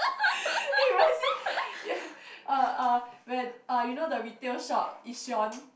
ya uh uh when uh you know the retail shop Yishion